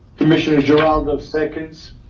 commissioner geraldo seconds.